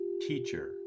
Teacher